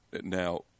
now